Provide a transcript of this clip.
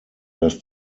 dass